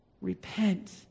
Repent